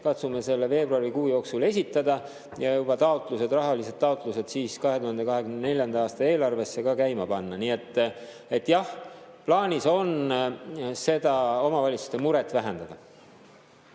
Katsume selle veebruarikuu jooksul esitada ja rahalised taotlused 2024. aasta eelarvesse ka käima panna. Nii et jah, plaanis on seda omavalitsuste muret vähendada.